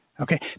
Okay